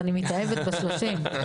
אני מתאהבת ב-30.